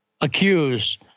accused